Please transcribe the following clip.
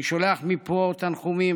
אני שולח מפה תנחומים,